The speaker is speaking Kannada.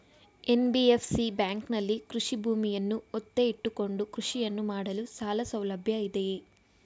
ಎನ್.ಬಿ.ಎಫ್.ಸಿ ಬ್ಯಾಂಕಿನಲ್ಲಿ ಕೃಷಿ ಭೂಮಿಯನ್ನು ಒತ್ತೆ ಇಟ್ಟುಕೊಂಡು ಕೃಷಿಯನ್ನು ಮಾಡಲು ಸಾಲಸೌಲಭ್ಯ ಇದೆಯಾ?